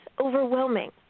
overwhelming